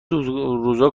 روزا